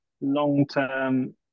long-term